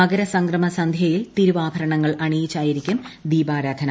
മകര സംക്രമ സന്ധ്യയിൽ തിരുവാഭരണങ്ങൾ ്അണിയിച്ചായിരിക്കും ദ്വീപാരാധന